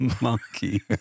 monkey